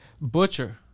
Butcher